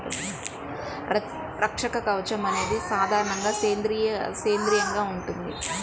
రక్షక కవచం అనేది సాధారణంగా సేంద్రీయంగా ఉంటుంది